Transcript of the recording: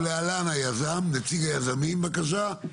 ולהלן היזם, נציג היזמים בבקשה?